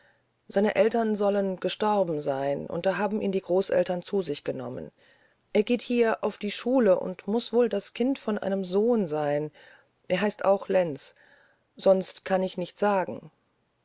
seine eltern sollen gestorben sein und da haben ihn die großeltern zu sich genommen er geht hier auf die schule und muß wohl das kind von einem sohn sein er heißt auch lenz sonst kann ich nichts sagen